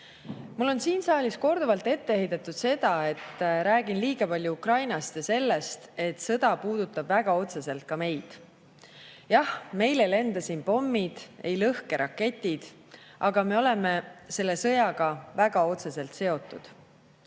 on siin saalis korduvalt ette heidetud, et räägin liiga palju Ukrainast ja sellest, et see sõda puudutab väga otseselt ka meid. Jah, meil ei lenda siin pommid ega lõhke raketid, aga me oleme selle sõjaga väga otseselt seotud.